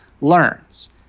learns